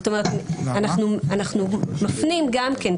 אנחנו מפנים גם כן,